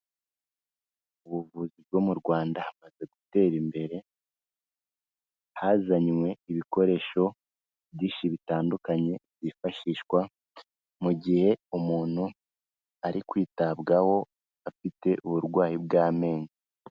Ubuvuzi bwo mu Rwanda bumaze gutera imbere, hazanywe ibikoresho byinshi bitandukanye byifashishwa mu gihe umuntu ari kwitabwaho afite uburwayi bw'amenyo.